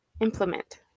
implement